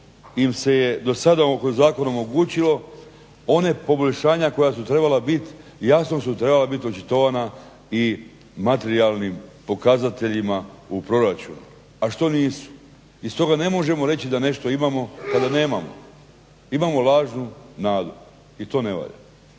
im se do sada kroz zakon omogućilo, ona poboljšanja koja su trebala bit jasno su trebala bit očitovana i materijalnim pokazateljima u proračunu, a što nisu. I stoga ne možemo reći da nešto imamo kada nemamo. Imamo lažnu nadu i to ne valja.